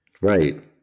right